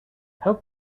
how